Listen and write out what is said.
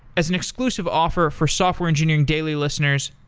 as an inclusive offer for software engineering daily listeners,